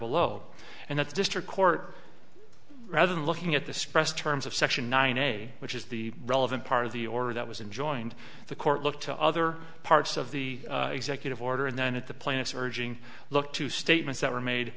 below and that's district court rather than looking at the spread terms of section nine a which is the relevant part of the order that was enjoined the court look to other parts of the executive order and then at the plaintiff's urging look to statements that were made